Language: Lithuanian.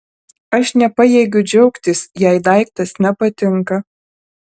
aš nepajėgiu džiaugtis jei daiktas nepatinka